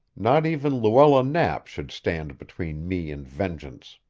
not even luella knapp should stand between me and vengeance.